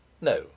No